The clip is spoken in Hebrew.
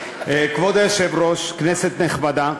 כבוד היושב-ראש, כנסת נכבדה,